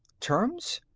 terms?